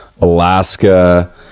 Alaska